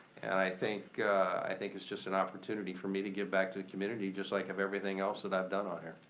and i think i think it's just an opportunity for me to give back to the community just like everything else that i've done on here.